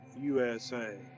USA